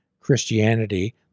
Christianity